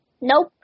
nope